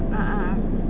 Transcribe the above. uh uh uh